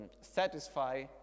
satisfy